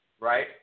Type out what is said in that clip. right